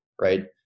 right